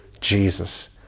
jesus